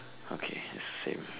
okay is same